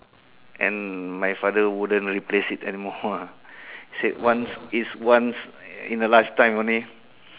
and my father wouldn't replace it anymore ah he said once it's once in a life time only